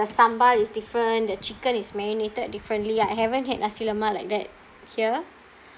sambal is different the chicken is marinated differently I haven't had nasi lemak like that here